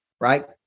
right